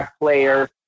player